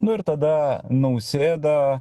nu ir tada nausėda